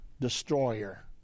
destroyer